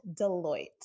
Deloitte